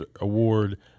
award